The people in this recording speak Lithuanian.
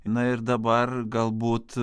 na ir dabar galbūt